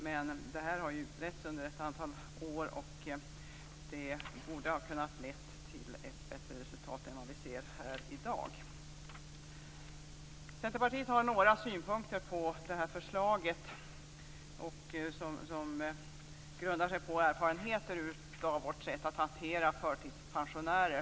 Men det här har ju utretts under ett antal år, så det borde ha kunnat leda till ett bättre resultat än det vi ser här i dag. Vi i Centerpartiet har några synpunkter på förslaget; detta grundat på erfarenheter av sättet att hantera förtidspensionärer.